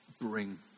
bring